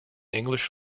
english